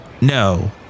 No